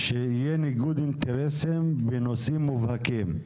שיהיה ניגוד אינטרסים בנושים מובהקים.